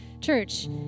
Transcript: church